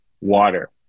water